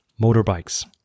motorbikes